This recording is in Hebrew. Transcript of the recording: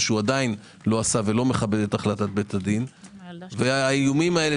מה שהוא עדיין לא עשה ולא מכבד את החלטת בית הדין והאיומים האלה